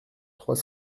trois